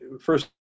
first